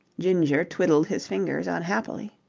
ginger twiddled his fingers unhappily.